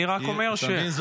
אני רק אומר --- אתה מבין,